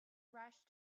rushed